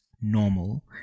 normal